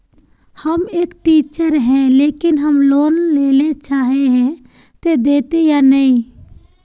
हम एक टीचर है लेकिन हम लोन लेले चाहे है ते देते या नय?